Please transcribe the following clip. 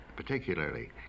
Particularly